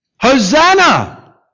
Hosanna